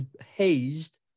hazed